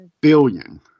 Billion